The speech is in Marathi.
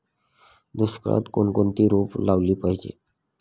दुष्काळात कोणकोणती रोपे लावली पाहिजे?